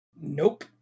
nope